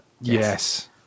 Yes